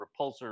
repulsor